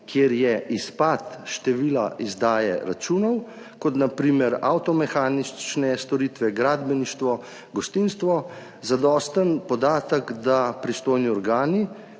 kjer je izpad števila izdaje računov, kot na primer avtomehanične storitve, gradbeništvo, gostinstvo, da je zadosten podatek, da pristojni organi